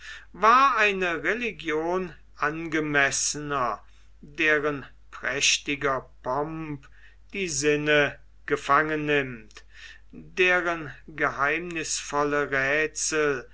war eine religion angemessener deren prächtiger pomp die sinne gefangen nimmt deren geheimnisvolle